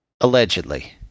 Allegedly